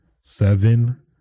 seven